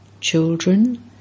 Children